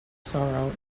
sorrow